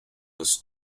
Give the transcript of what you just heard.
was